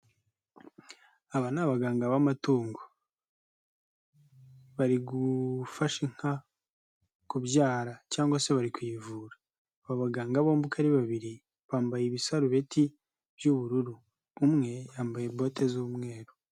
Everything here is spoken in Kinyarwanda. Aba ni abaganga b'amatungo. Bari gufasha inka kubyara cyangwa se bari kuyivura. Aba baganga bombi uko ari babiri bambaye ibisaru ibiti by'ubururu. Umwe yambaye bote z'umweru.